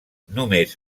només